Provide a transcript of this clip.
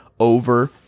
over